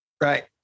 Right